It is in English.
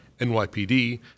NYPD